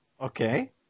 Okay